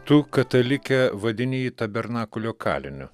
tu katalike vadini jį tabernakulio kaliniu